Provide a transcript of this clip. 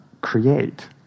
create